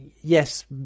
yes